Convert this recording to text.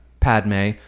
Padme